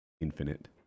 infinite